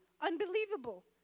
unbelievable